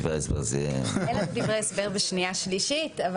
אין דברי הסבר בקריאה שנייה ושלישית.